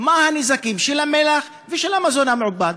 מה הנזקים של המלח ושל המזון המעובד.